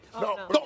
No